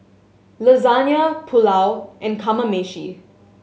Lasagne Pulao and Kamameshi